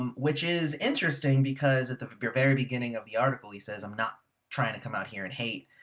um which is interesting because at the very beginning of the article, he says i'm not trying to come out here and hate,